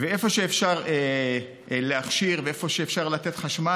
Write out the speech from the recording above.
איפה שאפשר להכשיר ואיפה שאפשר לתת חשמל,